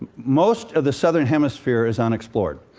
most of the southern hemisphere is unexplored.